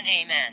amen